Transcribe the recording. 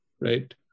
right